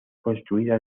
construida